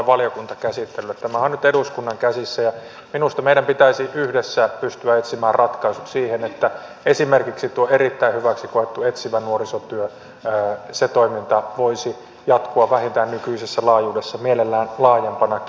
tämä on nyt eduskunnan käsissä ja minusta meidän pitäisi yhdessä pystyä etsimään ratkaisut siihen että esimerkiksi tuo erittäin hyväksi koettu etsivän nuorisotyön toiminta voisi jatkua vähintään nykyisessä laajuudessaan mielellään laajempanakin